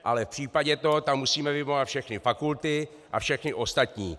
Ale v případě toho tam musíme vyjmenovat všechny fakulty a všechny ostatní.